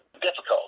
difficult